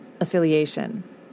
affiliation